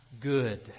good